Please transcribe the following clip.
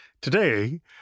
Today